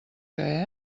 que